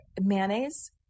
mayonnaise